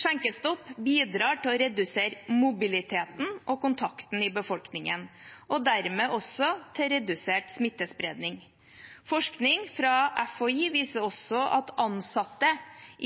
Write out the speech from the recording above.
Skjenkestopp bidrar til å redusere mobiliteten og kontakten i befolkningen og dermed også til redusert smittespredning. Forskning fra FHI viser også at ansatte